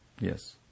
Yes